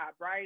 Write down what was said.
right